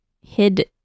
hid